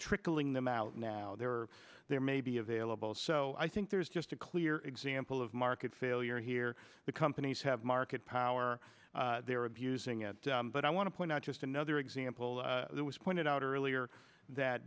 trickling them out now there are there may be available so i think there's just a clear example of market failure here the companies have market power they're abusing it but i want to point out just another example that was pointed out earlier that